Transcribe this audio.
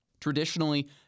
Traditionally